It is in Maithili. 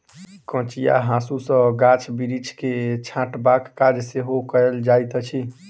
कचिया हाँसू सॅ गाछ बिरिछ के छँटबाक काज सेहो कयल जाइत अछि